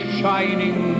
shining